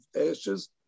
ashes